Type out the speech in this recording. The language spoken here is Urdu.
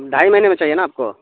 ڈھائی مہنے میںاہیے ن آپ کو